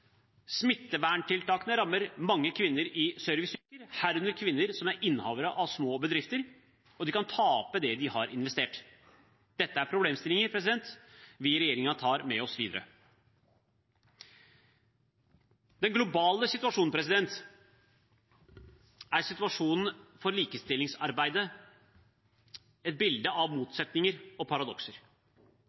Smitteverntiltakene rammer mange kvinner i serviceyrkene, herunder mange kvinner som er innehavere av små bedrifter, og de kan tape det de har investert. Dette er problemstillinger vi i regjeringen tar med oss videre. Den globale situasjonen for likestillingsarbeidet er et bilde av motsetninger og paradokser.